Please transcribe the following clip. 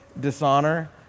dishonor